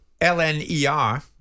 lner